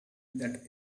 that